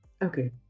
Okay